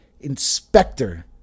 Inspector